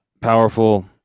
powerful